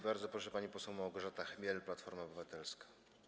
Bardzo proszę, pani poseł Małgorzata Chmiel, Platforma Obywatelska.